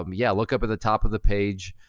um yeah, look up at the top of the page.